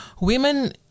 women